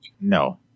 No